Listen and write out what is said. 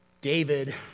David